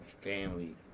family